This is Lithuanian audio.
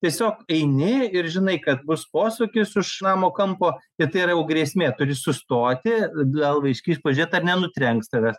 tiesiog eini ir žinai kad bus posūkis už namo kampo ir tai yra jau grėsmė turi sustoti galvą iškišt pažiūrėt ar nenutrenks tavęs